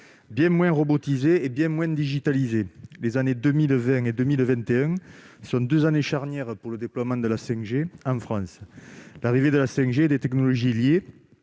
bien moins robotisé et bien moins digitalisé. Les années 2020 et 2021 sont deux années charnières pour le déploiement de la 5G en France. L'arrivée de la 5G et des technologies liées-